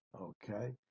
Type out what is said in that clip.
Okay